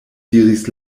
diris